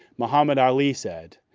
muhammad ali said,